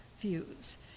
views